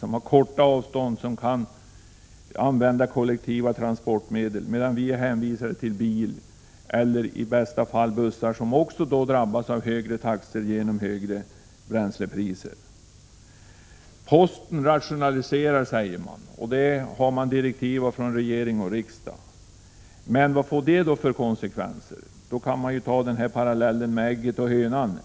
I tätorterna är avstånden korta, och där kan man använda kollektiva transportmedel, medan vi i glesbygderna är hänvisade till bil eller i bästa fall bussar, som tvingas ta ut högre taxor på grund av högre bränslepriser. Posten rationaliserar, säger man. Det har man direktiv om från regeringen och riksdagen, men vad får det för konsekvenser? Man kan dra parallellen med ägget och hönan.